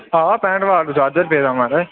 हां हां पैंह्ठ वाट दा चार्जर पेदा ऐ महाराज